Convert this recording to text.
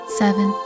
seven